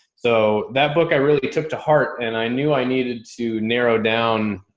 so that book i really took to heart and i knew i needed to narrow down,